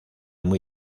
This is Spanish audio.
muy